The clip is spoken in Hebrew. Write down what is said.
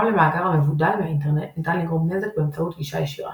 גם למאגר המבודל מהאינטרנט ניתן לגרום נזק באמצעות גישה ישירה.